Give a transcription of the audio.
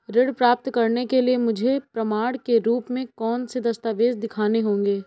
ऋण प्राप्त करने के लिए मुझे प्रमाण के रूप में कौन से दस्तावेज़ दिखाने होंगे?